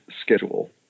schedule